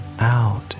out